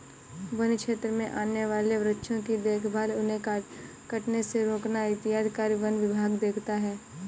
वन्य क्षेत्र में आने वाले वृक्षों की देखभाल उन्हें कटने से रोकना इत्यादि कार्य वन विभाग देखता है